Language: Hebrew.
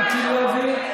תודה.